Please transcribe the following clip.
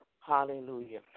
Hallelujah